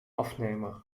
afnemer